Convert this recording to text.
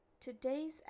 today's